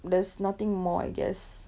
there's nothing more I guess